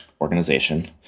organization